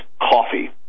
coffee